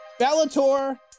Bellator